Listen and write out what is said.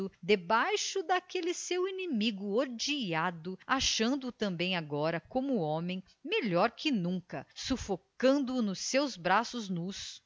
debaixo daquele seu inimigo odiado achando o também agora como homem melhor que nunca sufocando o nos seus braços nus